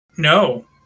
No